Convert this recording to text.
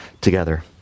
together